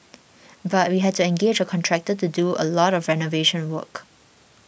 but we had to engage a contractor to do a lot of renovation work